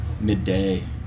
midday